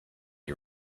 you